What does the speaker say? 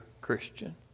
Christian